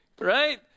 right